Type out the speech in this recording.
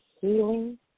healing